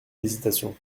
hésitation